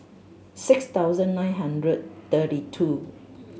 six thousand nine hundred thirty two